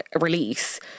release